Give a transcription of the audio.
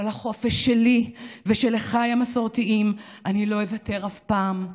אבל על החופש שלי ושל אחיי המסורתיים אני לא אוותר אף פעם.